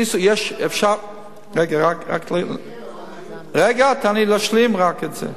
"כללית" כן, אבל היו, רגע, תן לי להשלים רק את זה.